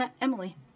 Emily